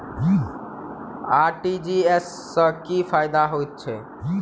RTGS सँ की फायदा होइत अछि?